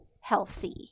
healthy